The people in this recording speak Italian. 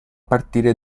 partire